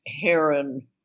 Heron